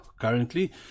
currently